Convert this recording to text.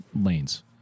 lanes